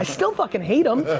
ah still fucking hate him.